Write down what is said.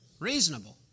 reasonable